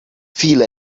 feel